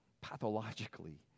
pathologically